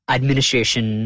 Administration